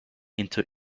into